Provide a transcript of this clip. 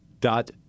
dot